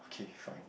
okay fine